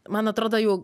man atrodo jau